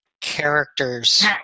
characters